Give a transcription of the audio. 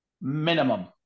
Minimum